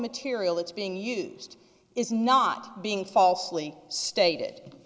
material that's being used is not being falsely stated